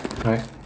right